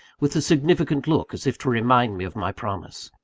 with a significant look, as if to remind me of my promise.